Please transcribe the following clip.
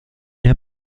der